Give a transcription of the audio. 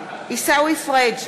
עיסאווי פריג'